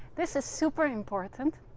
this is super important,